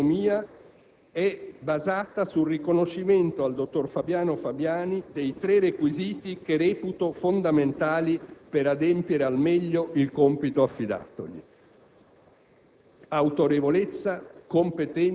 La decisione, assunta in piena autonomia, è basata sul riconoscimento al dottor Fabiano Fabiani dei tre requisiti che reputo fondamentali per adempiere al meglio al compito affidatogli: